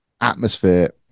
atmosphere